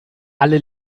alle